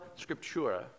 scriptura